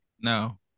No